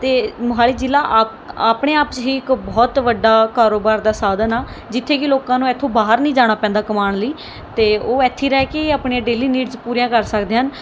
ਅਤੇ ਮੋਹਾਲੀ ਜ਼ਿਲ੍ਹਾ ਆਪ ਆਪਣੇ ਆਪ 'ਚ ਹੀ ਇੱਕ ਬਹੁਤ ਵੱਡਾ ਕਾਰੋਬਾਰ ਦਾ ਸਾਧਨ ਆ ਜਿੱਥੇ ਕਿ ਲੋਕਾਂ ਨੂੰ ਇੱਥੋਂ ਬਾਹਰ ਨਹੀਂ ਜਾਣਾ ਪੈਂਦਾ ਕਮਾਉਣ ਲਈ ਅਤੇ ਉਹ ਇੱਥੇ ਰਹਿ ਕੇ ਹੀ ਆਪਣੇ ਡੇਲੀ ਨੀਡਸ ਪੂਰੀਆਂ ਕਰ ਸਕਦੇ ਹਨ